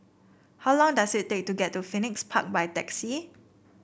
how long does it take to get to Phoenix Park by taxi